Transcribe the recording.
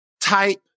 type